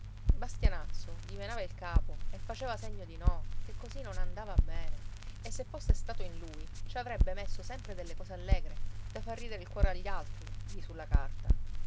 bastianazzo dimenava il capo e faceva segno di no che così non andava bene e se fosse stato in lui ci avrebbe messo sempre delle cose allegre da far ridere il cuore agli altri lì sulla carta